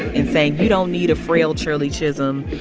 and saying, you don't need a frail shirley chisholm.